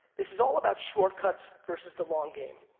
this is all about shortcuts versus the long game.